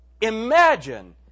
Imagine